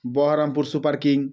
Baharampur super king